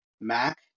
Mac